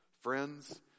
Friends